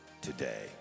today